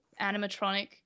animatronic